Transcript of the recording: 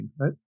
right